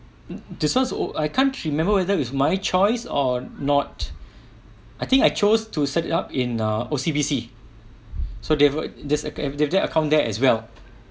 this one oh I can't remember whether it's my choice or not I think I chose to set up in ah O_C_B_C so they would they have account there as well